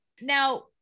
Now